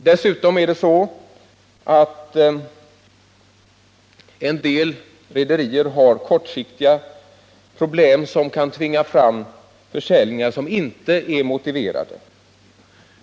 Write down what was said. Dessutom har vissa rederier kortsiktiga problem som kan tvinga fram försäljningar som inte är motiverade.